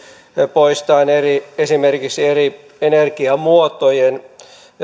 poistaen esimerkiksi eri energiamuotojen